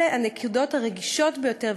אלו הנקודות הרגישות ביותר.